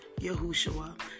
Yahushua